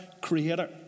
creator